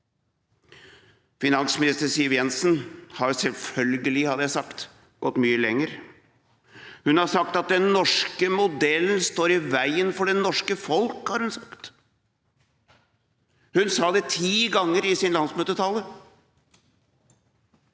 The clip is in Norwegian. Finansminister Siv Jensen har – selvfølgelig, hadde jeg nær sagt – gått mye lenger. Hun har sagt at den norske modellen «står i veien for det norske folk». Hun sa det ti ganger i sin landsmøtetale.